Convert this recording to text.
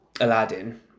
Aladdin